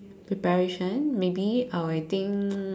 preparation maybe I will think